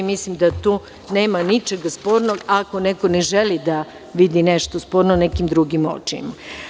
Mislim da tu nema ničega spornog, ako neko ne želi da vidi nešto sporno nekim drugim očima.